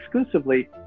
exclusively